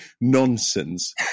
nonsense